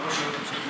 למה שלא תעלו,